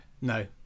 no